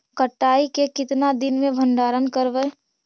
कटाई के कितना दिन मे भंडारन करबय?